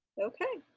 ok.